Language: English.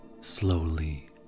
slowly